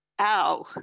Ow